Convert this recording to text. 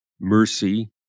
mercy